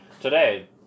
Today